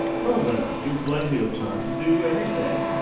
well, then you've plenty of time to do anything.